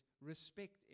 Respect